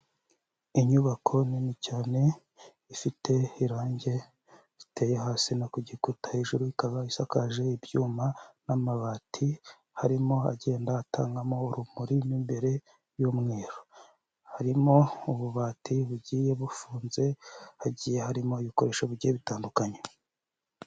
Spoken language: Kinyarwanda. Inyubako nini cyane ifite irangi riteye hasi no ku gikuta, hejuru ikaba isakaje ibyuma n'amabati harimo agenda atangamo urumuri n'imbere y'umweru. Harimo ububati bugiye bufunze, hagiye harimo ibikoresho bike bitandukanye.